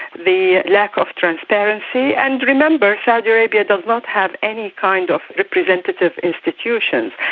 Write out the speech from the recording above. the lack of transparency. and remember, saudi arabia does not have any kind of representative institutions.